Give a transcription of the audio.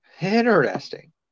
interesting